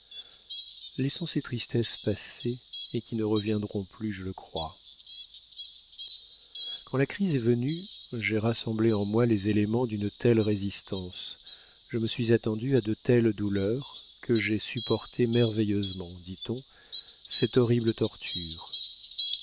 laissons ces tristesses passées et qui ne reviendront plus je le crois quand la crise est venue j'ai rassemblé en moi les éléments d'une telle résistance je me suis attendue à de telles douleurs que j'ai supporté merveilleusement dit-on cette horrible torture